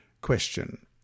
Question